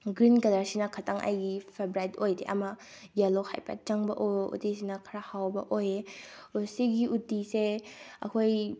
green ꯀꯂꯔꯁꯤꯅ ꯈꯇꯪ ꯑꯩꯒꯤ ꯐꯦꯚ꯭ꯔꯥꯏꯠ ꯑꯣꯏꯗꯦ ꯑꯃ ꯌꯦꯜꯂꯣ ꯍꯥꯏꯐꯦꯠ ꯆꯪꯕ ꯎꯇꯤꯁꯤꯅ ꯈꯔ ꯍꯥꯎꯕ ꯑꯣꯏꯌꯦ ꯁꯤꯒꯤ ꯎꯇꯤꯁꯦ ꯑꯩꯈꯣꯏ